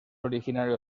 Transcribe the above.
originario